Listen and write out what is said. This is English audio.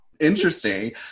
interesting